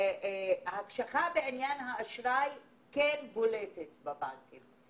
ההקשחה בעניין האשראי בולטת בבנקים.